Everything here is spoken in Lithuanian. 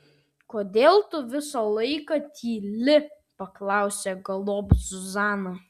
kodėl tu visą laiką tyli paklausė galop zuzana